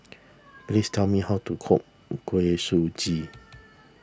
please tell me how to cook Kuih Suji